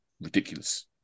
ridiculous